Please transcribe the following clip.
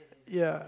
ya